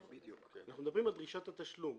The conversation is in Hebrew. אנחנו מדברים על דרישת התשלום.